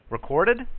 Recorded